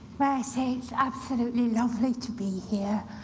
ah say it's absolutely lovely to be here.